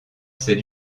c’est